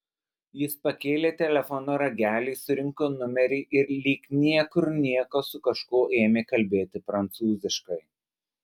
jis pakėlė telefono ragelį surinko numerį ir lyg niekur nieko su kažkuo ėmė kalbėti prancūziškai